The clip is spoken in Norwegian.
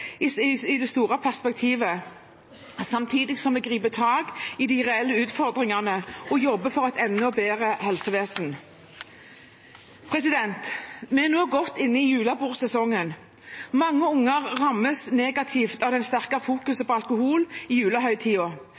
i det store perspektivet, samtidig som vi griper tak i de reelle utfordringene og jobber for et enda bedre helsevesen. Vi er nå godt inne i julebordsesongen. Mange unger rammes negativt av at det fokuseres så sterkt på alkohol i